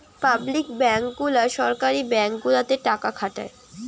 public bank গুলা সরকারি bank গুলাতে টাকা খাটায়